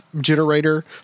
generator